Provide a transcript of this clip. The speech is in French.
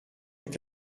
est